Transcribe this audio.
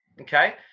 Okay